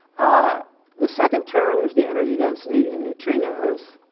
ah the second term is the energy density in neutrinos.